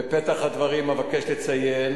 בפתח הדברים אבקש לציין